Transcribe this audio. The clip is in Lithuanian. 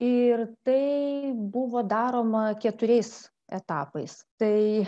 ir tai buvo daroma keturiais etapais tai